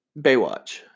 baywatch